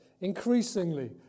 increasingly